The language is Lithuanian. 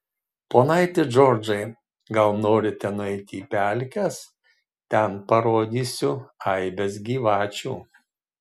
ponaiti džordžai gal norite nueiti į pelkes ten parodysiu aibes gyvačių